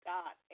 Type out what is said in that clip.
God